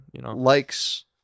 likes